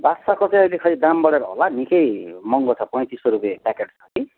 बासाको चाहिँ अहिले खै दाम बढेर होला निकै महँगो छ पैँतिस सौ रुपियाँ प्याकेट छ कि